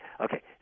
Okay